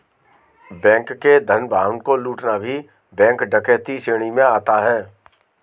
bank के धन वाहन को लूटना भी बैंक डकैती श्रेणी में आता है